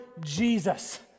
Jesus